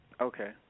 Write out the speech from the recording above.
Okay